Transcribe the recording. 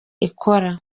ikora